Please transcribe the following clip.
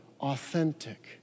authentic